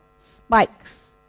spikes